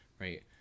right